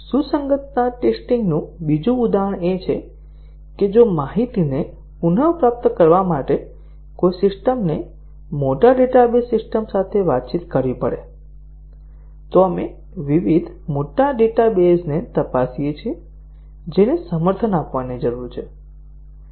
સુસંગતતા ટેસ્ટીંગ નું બીજું ઉદાહરણ એ છે કે જો માહિતીને પુનપ્રાપ્ત કરવા માટે કોઈ સિસ્ટમને મોટા ડેટાબેઝ સિસ્ટમ સાથે વાતચીત કરવી પડે તો આપણે વિવિધ મોટા ડેટાબેઝને તપાસીએ છીએ જેને સમર્થન આપવાની જરૂર છે